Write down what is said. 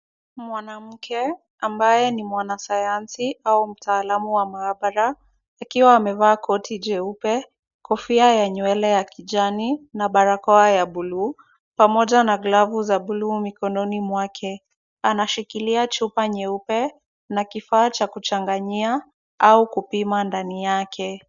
Mwanamke ambaye ni mwanasayansi au mtaalamu wa maabara akiwa amevaa koti jeupe kofia ya nywele ya kijani na barakoa ya buluu pamoja na glavu za buluu mikononi mwake, anashikilia chupa nyeupe na kifaa cha kuchanganyia au kupima ndani yake.